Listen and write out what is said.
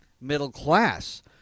middle-class